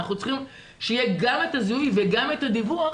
אנחנו צריכים שיהיה גם את הזיהוי וגם את הדיווח,